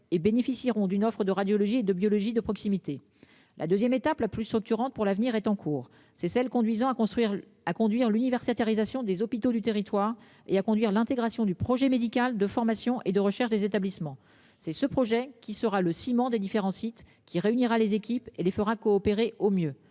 et bénéficieront d'une offre de radiologie et de biologie de proximité. La 2ème étape la plus structurante pour l'avenir est en cours, c'est celle conduisant à construire à conduire l'univers sa théorisation des hôpitaux du territoire et à conduire l'intégration du projet médical de formation et de recherche des établissements c'est ce projet qui sera le ciment des différents sites, qui réunira les équipes et les fera coopérer au mieux